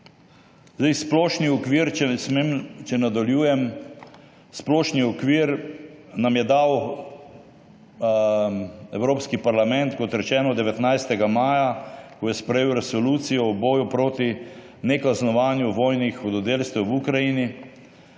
splošni okvir nam je dal Evropski parlament, kot rečeno, 19. maja, ko je sprejel Resolucijo o boju proti nekaznovanju vojnih hudodelstev v Ukrajini.